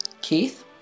Keith